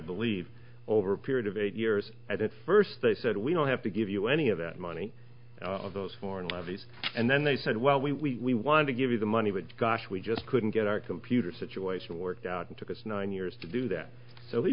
believe over a period of eight years at first they said we don't have to give you any of that money of those foreign levies and then they said well we want to give you the money but gosh we just couldn't get our computer situation worked out it took us nine years to do that so he